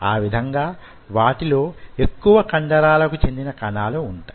ఆ విధంగా వాటిలో ఎక్కువ కండరాలకు చెందిన కణాలు వుంటాయి